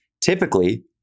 typically